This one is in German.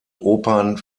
opern